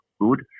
good